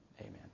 amen